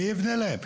מי יבנה להם?